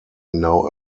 now